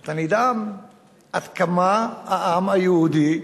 אתה נדהם עד כמה העם היהודי,